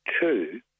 two